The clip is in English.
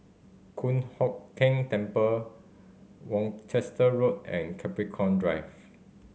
Kong Hock Keng Temple Worcester Road and Capricorn Drive